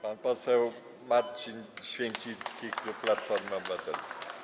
Pan poseł Marcin Święcicki, klub Platformy Obywatelskiej.